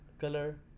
color